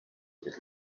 with